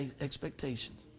expectations